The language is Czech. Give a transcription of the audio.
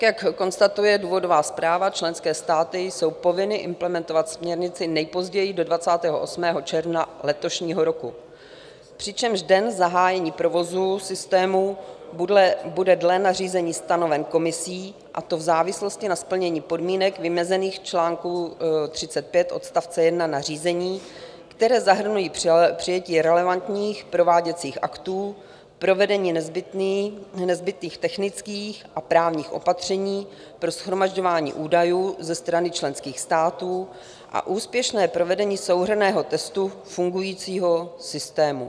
Jak konstatuje důvodová zpráva, členské státy jsou povinny implementovat směrnici nejpozději do 28. června letošního roku, přičemž den zahájení provozu systému bude dle nařízení stanoven komisí, a to v závislosti na splnění podmínek vymezených v čl. 35 odst. 1 nařízení, které zahrnují přijetí relevantních prováděcích aktů, provedení nezbytných technických a právních opatření pro shromažďování údajů ze strany členských států a úspěšné provedení souhrnného testu fungování systému.